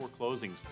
closings